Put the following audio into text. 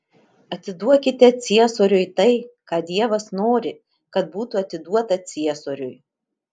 atiduokite ciesoriui tai ką dievas nori kad būtų atiduota ciesoriui